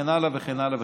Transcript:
וכן הלאה.